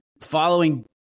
following